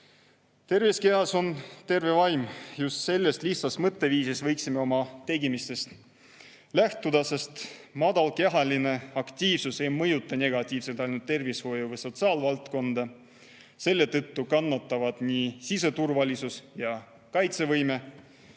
Terves kehas on terve vaim. Just sellest lihtsast mõtteviisist võiksime oma tegemistes lähtuda, sest vähene kehaline aktiivsus ei mõjuta negatiivselt mitte ainult tervishoiu‑ või sotsiaalvaldkonda, vaid selle tõttu kannatavad ka siseturvalisus ja kaitsevõime